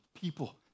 people